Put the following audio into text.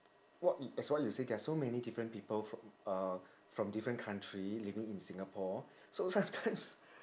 what as what you say there are so many different people from uh from different country living in singapore so sometimes